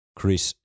Chris